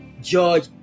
George